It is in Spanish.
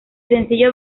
sencillo